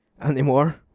anymore